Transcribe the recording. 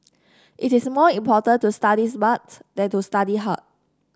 it is more important to study smart than to study hard